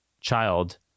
child